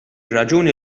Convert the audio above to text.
raġuni